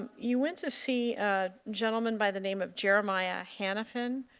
you went to see a gentleman by the name of jeremiah hanefin